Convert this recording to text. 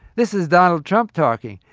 this is donald trump talking.